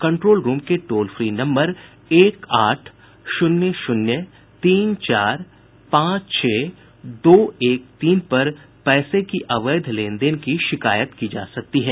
control room के toll free number एक आठ शून्य शून्य तीन चार पांच छह दो एक तीन पर पैसे की अवैध लेन देन की शिकायत की जा सकती है